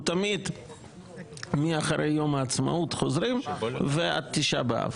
חוזרים תמיד אחרי יום העצמאות ועד תשעה באב.